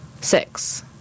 Six